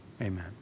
Amen